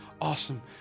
awesome